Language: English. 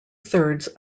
thirds